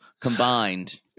Combined